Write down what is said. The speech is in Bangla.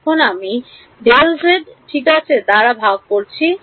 এখন আমি Δz ঠিক আছে দ্বারা ভাগ করেছি